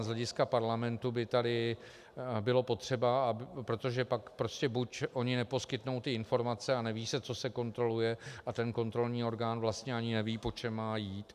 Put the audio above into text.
Z hlediska parlamentu by tady bylo potřeba, protože pak prostě buď oni neposkytnou ty informace a neví se, co se kontroluje, a ten kontrolní orgán vlastně ani neví, po čem má jít.